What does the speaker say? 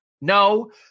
No